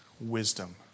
wisdom